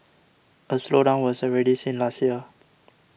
a slowdown was already seen last year